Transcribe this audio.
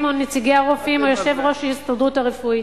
או נציגי הרופאים או את יושב-ראש ההסתדרות הרפואית,